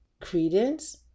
credence